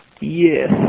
yes